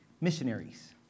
missionaries